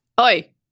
Oi